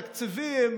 תקציבים,